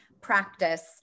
practice